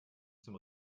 zum